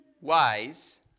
wise